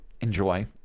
enjoy